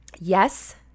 Yes